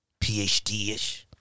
PhD-ish